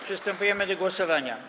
Przystępujemy do głosowania.